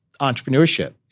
entrepreneurship